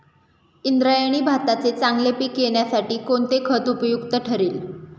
इंद्रायणी भाताचे चांगले पीक येण्यासाठी कोणते खत उपयुक्त ठरेल?